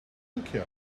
nokia